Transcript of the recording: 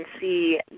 see